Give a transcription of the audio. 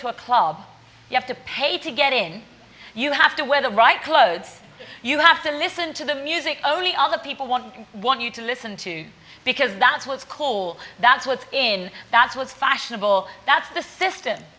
to a club you have to pay to get in you have to wear the right clothes you have to listen to the music only other people want one you to listen to because that's what's cool that's what's in that's what's fashionable that's the system